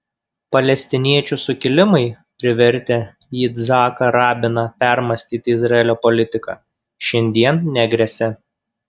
palestiniečių sukilimai privertę yitzhaką rabiną permąstyti izraelio politiką šiandien negresia